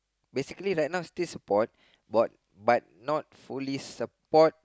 basically right now still support but but not fully support